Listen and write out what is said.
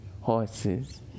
horses